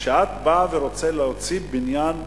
כשאת באה ורוצה להוציא בניין ברישוי,